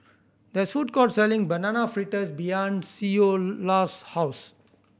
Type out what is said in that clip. there is a food court selling Banana Fritters behind Ceola's house